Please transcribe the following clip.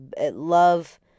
love